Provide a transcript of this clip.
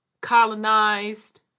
colonized